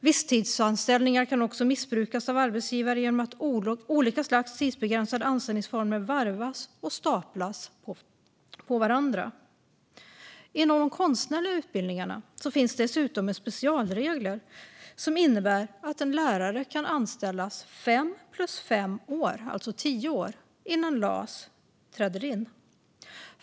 Visstidsanställningar kan också missbrukas av arbetsgivare genom att olika slags tidsbegränsade anställningsformer varvas och staplas på varandra. Inom konstnärliga utbildningar finns dessutom en specialregel som innebär att en lärare kan anställas i fem plus fem år, alltså tio år, innan LAS träder in.